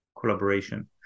collaboration